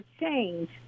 change